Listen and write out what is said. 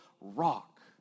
rock